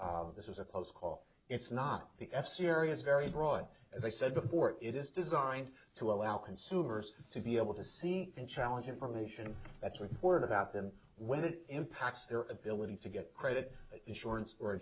is this was a close call it's not the f serious very broad as i said before it is designed to allow consumers to be able to see and challenge information that's reported about them when it impacts their ability to get credit insurance or a